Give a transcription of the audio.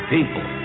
people